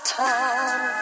time